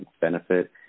benefit